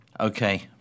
Okay